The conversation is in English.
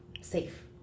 Safe